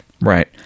Right